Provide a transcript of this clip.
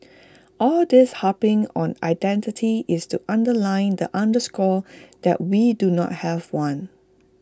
all this harping on identity is to underline and underscore that we do not have one